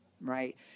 right